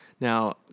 Now